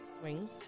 swings